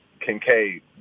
Kincaid